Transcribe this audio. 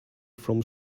from